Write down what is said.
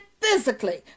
physically